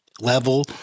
level